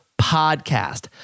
podcast